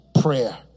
prayer